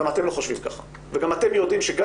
גם אתם לא חושבים ככה וגם אתם יודעים שגם